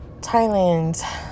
Thailand